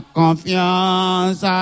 confiance